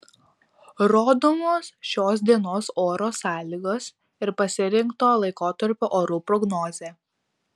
rodomos šios dienos oro sąlygos ir pasirinkto laikotarpio orų prognozė